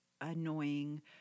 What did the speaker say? annoying